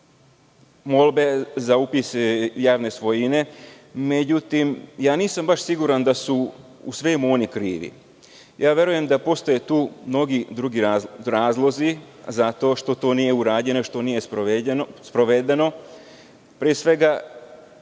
molbe za upis javne svojine. Međutim, nisam baš siguran da su u svemu oni krivi. Verujem da postoje tu mnogi drugi razlozi zato što to nije urađeno, što nije sprovedeno. Pre svega